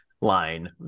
line